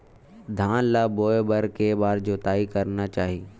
धान ल बोए बर के बार जोताई करना चाही?